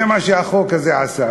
זה מה שהחוק הזה עשה.